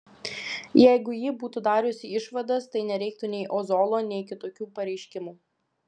jeigu ji būtų dariusi išvadas tai nereikėtų nei ozolo nei kitokių pareiškimų